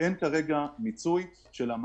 את אומרת כרגע שזה בכלל לא בתחום האחריות שלך.